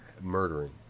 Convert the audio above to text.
murdering